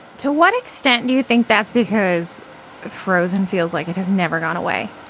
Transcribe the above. to what extent do you think that's because frozen feels like it has never gone away?